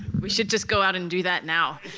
we should just go out and do that now.